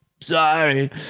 sorry